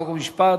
חוק ומשפט,